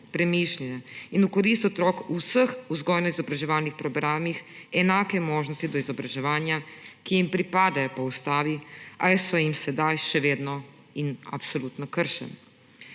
premišljene in v korist otrok v vseh vzgojno-izobraževalnih programih enake možnosti do izobraževanja, ki jim pripadajo po Ustavi, a so jim sedaj še vedno in absolutno kršene.«